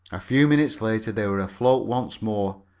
a few minutes later they were afloat once more,